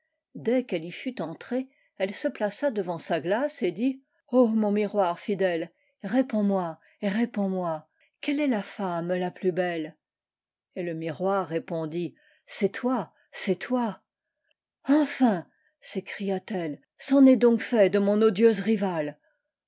dès qu'elle y fut entrée elle se plaça devant sa glace et dit mon miroir fidèle réponds-moi réponds-moi quelle est la femme la plus belle et le miroir répondit c'est toi c'est toi entin s'écria-t-elle c'en est donc fait de mol odieuse rivale